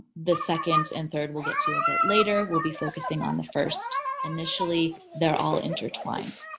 the second and third we'll get to a bit later. we'll be focusing on the first. initially, they're all intertwined.